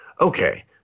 Okay